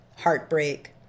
heartbreak